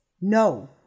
No